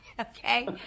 Okay